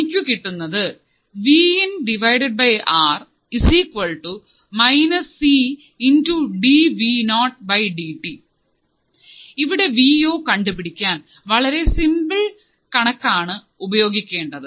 എനിക്ക് കിട്ടുന്നത് ഇവിടെ വി ഓ കണ്ടുപിടിക്കാൻ വളരെ സിമ്പിൾ കണക്കാണ് ഉപയോഗിക്കേണ്ടത്